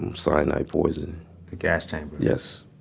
and cyanide poison the gas chamber yes